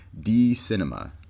D-Cinema